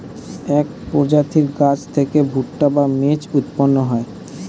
এক প্রজাতির গাছ থেকে ভুট্টা বা মেজ উৎপন্ন হয়